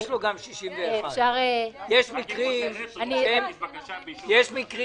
לו גם אישור לעניין סעיף 61. יש מקרים